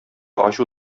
ачу